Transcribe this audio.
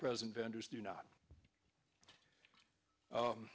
present vendors do not